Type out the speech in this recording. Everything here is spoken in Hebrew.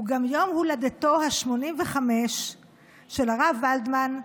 הוא גם יום הולדתו ה-85 של הרב ולדמן,